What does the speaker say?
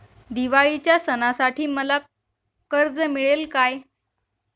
दिवाळीच्या सणासाठी मला कर्ज मिळेल काय?